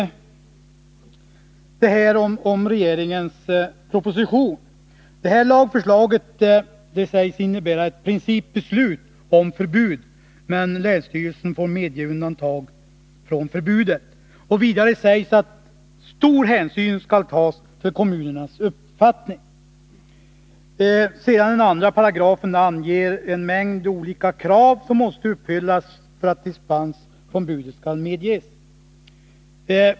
Propositionens lagförslag sägs innebära ett principbeslut om förbud, men länsstyrelsen kan medge undantag från förbudet. Vidare sägs att stor hänsyn skall tas till kommunernas uppfattning. 2 § anger en mängd olika krav som måste uppfyllas för att dispens skall medges.